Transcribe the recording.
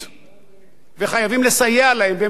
וחייבים לסייע להם, והם ראויים לכל עזרה,